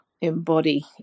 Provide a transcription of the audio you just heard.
embody